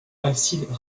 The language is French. alcide